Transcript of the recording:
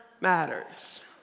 matters